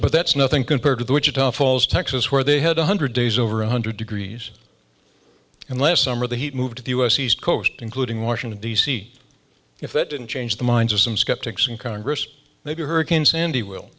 but that's nothing compared to the wichita falls texas where they had one hundred days over one hundred degrees and last summer the heat moved to the u s east coast including washington d c if it didn't change the minds of some skeptics in congress maybe hurricane sandy will